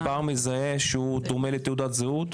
מספר מזהה שהוא דומה לתעודת זהות?